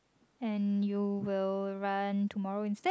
and you will run tomorrow instead